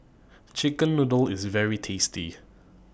Chicken Noodles IS very tasty